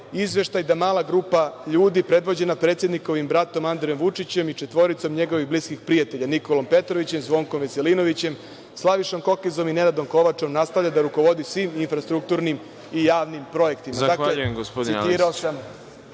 izveštaj da mala grupa ljudi predvođena predsednikovim bratom Andrejom Vučićem i četvoricom njegovih bliskih prijatelja Nikolom Petrovićem, Zvonkom Veselinovićem, Slavišom Kokezom i Nenadom Kovačom nastavi da rukovodi svim infrastrukturnim i javnim projektima. Citirao sam ono što